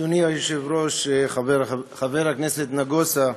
אדוני היושב-ראש, חבר הכנסת נגוסה,